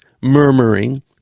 murmuring